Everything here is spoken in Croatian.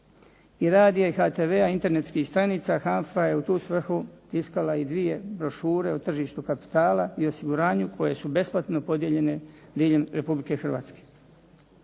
i rad je HTV-a, internetskih stranica HANFA je u tu svrhu tiskala i dvije brošure o tržištu kapitala i osiguranju koje su besplatno podijeljene diljem Republike Hrvatske.